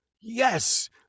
yes